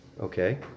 Okay